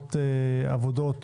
שמתקיימות עבודות